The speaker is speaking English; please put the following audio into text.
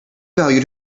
valued